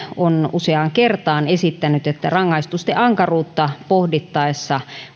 on useaan kertaan esittänyt että rangaistusten ankaruutta pohdittaessa